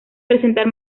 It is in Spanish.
presentar